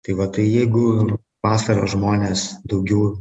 tai va tai jeigu vasarą žmonės daugiau